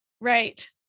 Right